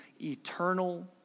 eternal